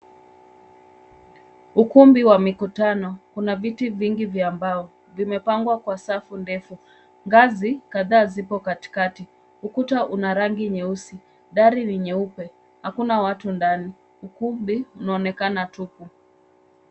Ukumbi wa mikutano. Una viti vingi vya mbao. Vimepangwa kwa safu ndefu. Ngazi kadhaa zipo katikati. Ukuta una rangi nyeusi. Dari ni nyeupe. Hakuna watu ndani. Ukumbi unaonekana tupu.